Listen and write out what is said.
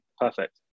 perfect